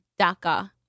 DACA